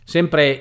Sempre